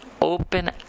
open